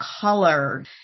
color